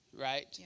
right